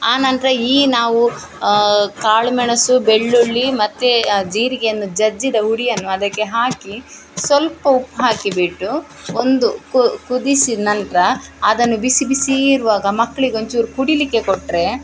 ಆನಂತರ ಈ ನಾವು ಕಾಳುಮೆಣಸು ಬೆಳ್ಳುಳ್ಳಿ ಮತ್ತು ಆ ಜೀರಿಗೆಯನ್ನು ಜಜ್ಜಿದ ಹುಡಿಯನ್ನು ಅದಕ್ಕೆ ಹಾಕಿ ಸ್ವಲ್ಪ ಉಪ್ಪು ಹಾಕಿಬಿಟ್ಟು ಒಂದು ಕುದಿಸಿದ ನಂತರ ಅದನು ಬಿಸಿ ಬಿಸಿ ಇರುವಾಗ ಮಕ್ಳಿಗೆ ಒಂಚೂರು ಕುಡಿಯಲಿಕ್ಕೆ ಕೊಟ್ಟರೆ